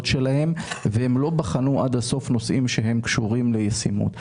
שלהם והם לא בחנו עד הסוף נושאים שהם קשורים לישימות.